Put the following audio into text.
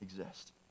exist